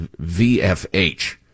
VFH